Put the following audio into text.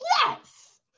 yes